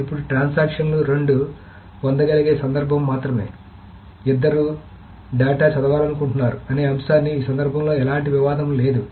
ఇప్పుడు ట్రాన్సాక్షన్లు రెండూ పొందగలిగే సందర్భం మాత్రమే ఇద్దరూ డేటా చదవాలనుకుంటున్నారు అనే అంశాన్ని ఈ సందర్భంలో ఎలాంటి వివాదం లేదు